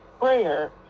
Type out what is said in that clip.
prayer